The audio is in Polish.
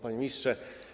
Panie Ministrze!